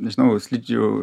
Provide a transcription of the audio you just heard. nežinau slidžių